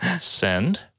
Send